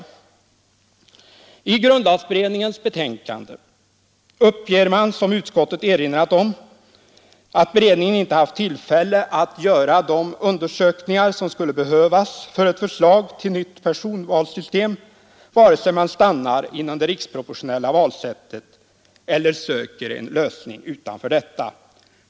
I grundlagberedningens betänkande uppges, såsom utskottet erinrat om, att beredningen inte hade tillfälle att göra de undersökningar som skulle behövas för ett nytt personvalssystem vare sig man stannar inom det riksproportionella valsättet eller söker en lösning utanför detta.